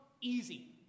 easy